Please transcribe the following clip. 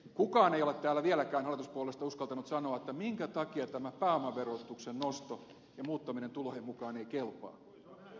kukaan ei ole täällä vieläkään hallituspuolueista uskaltanut sanoa minkä takia tämä pääomaverotuksen nosto ja muuttaminen tulojen mukaan ei kelpaa